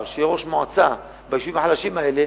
לראש מועצה באחד היישובים החלשים האלה,